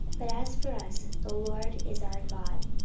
but as for us, the lord is our god,